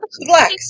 relax